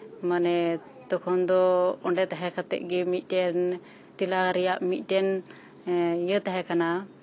ᱢᱟᱱᱮ ᱛᱚᱠᱷᱚᱱ ᱫᱚ ᱚᱱᱰᱮ ᱛᱟᱸᱦᱮ ᱠᱟᱛᱮᱜ ᱜᱮ ᱴᱮᱞᱟᱨ ᱨᱮᱭᱟᱜ ᱢᱤᱫᱴᱮᱱ ᱤᱭᱟᱹ ᱛᱟᱸᱦᱮ ᱠᱟᱱᱟ